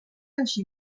així